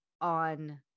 on